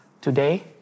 Today